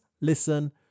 Listen